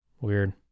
Weird